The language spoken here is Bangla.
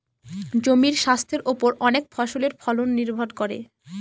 জমির স্বাস্থের ওপর অনেক ফসলের ফলন নির্ভর করে